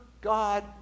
God